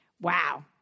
Wow